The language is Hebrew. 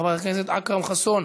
חבר הכנסת אכרם חסון,